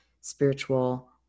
spiritual